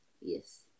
Yes